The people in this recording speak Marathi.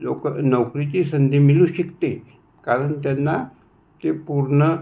लोक नोकरीची संधी मिळू शकते कारण त्यांना ते पूर्ण